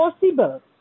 possible